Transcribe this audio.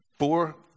Four